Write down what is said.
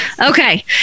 okay